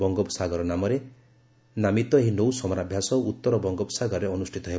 ବଙ୍ଗୋସାଗର ନାମରେ ନାମିତ ଏହି ନୌ ସମରାଭ୍ୟାସ ଉତ୍ତର ବଙ୍ଗୋପସାଗରରେ ଅନୁଷ୍ଠିତ ହେବ